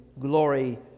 glory